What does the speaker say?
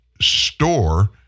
store